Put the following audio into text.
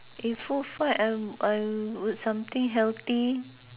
in food fight I w~ I would something healthy